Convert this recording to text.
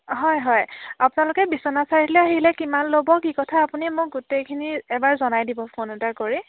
হয় হয় আপোনালোকে বিশ্ৱনাথ চাৰিআলিলে আহিলে কিমান ল'ব কি কথা আপুনি মোক গোটেইখিনি এবাৰ জনাই দিব ফোন এটা কৰি